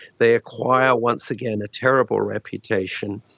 they acquire once again a terrible reputation,